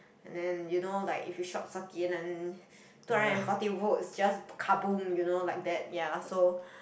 and then you know like if you short circuit and then two hundred and forty volts just kaboom you know like that ya so